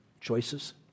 choices